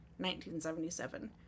1977